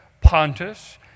Pontus